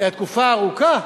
אלא תקופה ארוכה,